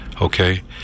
okay